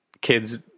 kids